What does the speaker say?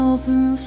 Open